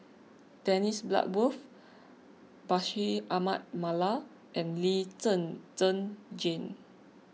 Dennis Bloodworth Bashir Ahmad Mallal and Lee Zhen Zhen Jane